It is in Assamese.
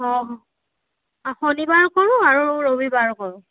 অ শনিবাৰেও কৰোঁ আৰু ৰবিবাৰেও কৰোঁ